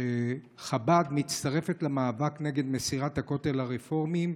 שחב"ד מצטרפת למאבק נגד מסירת הכותל לרפורמים,